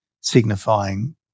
signifying